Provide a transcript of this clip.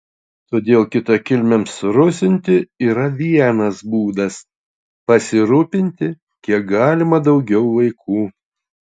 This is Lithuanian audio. todėl kitakilmiams surusinti yra vienas būdas pasirūpinti kiek galima daugiau vaikų